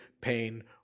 pain